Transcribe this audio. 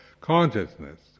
consciousness